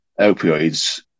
opioids